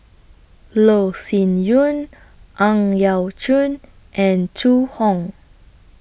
Loh Sin Yun Ang Yau Choon and Zhu Hong